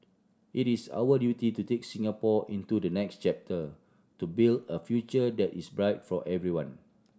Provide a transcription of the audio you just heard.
it is our duty to take Singapore into the next chapter to build a future that is bright for everyone